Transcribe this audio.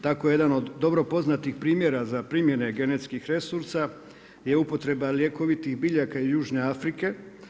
Tako jedan od dobro poznatih primjera za primjene genetskih resursa je upotreba ljekovitih biljaka i južne Afrike.